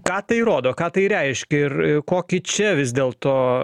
ką tai rodo ką tai reiškia ir kokį čia vis dėlto